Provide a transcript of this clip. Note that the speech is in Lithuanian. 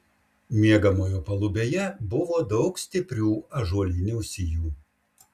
miegamojo palubėje buvo daug stiprių ąžuolinių sijų